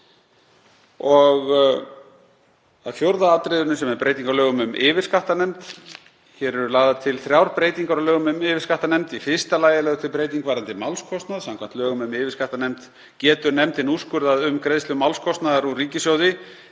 Að fjórða atriðinu sem er breyting á lögum um yfirskattanefnd. Hér eru lagðar til þrjár breytingar á lögum um yfirskattanefnd. Í fyrsta lagi er lögð til breyting varðandi málskostnað. Samkvæmt lögum um yfirskattanefnd getur nefndin úrskurðað greiðslu málskostnaðar úr ríkissjóði